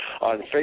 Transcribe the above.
on